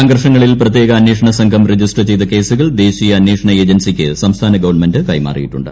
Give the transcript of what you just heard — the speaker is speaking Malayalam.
സംഘർഷങ്ങളിൽ പ്രത്യേക അന്വേഷണ സംഘം രജിസ്റ്റർ ചെയ്ത കേസുകൾ ദേശീയ അന്വേഷണ ഏജൻസിക്ക് സംസ്ഥാന ഗവൺമെന്റ് കൈമാറിയിട്ടുണ്ട്